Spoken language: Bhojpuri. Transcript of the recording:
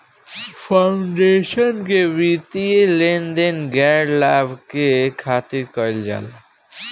फाउंडेशन के वित्तीय लेन देन गैर लाभ के खातिर कईल जाला